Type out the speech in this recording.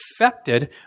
affected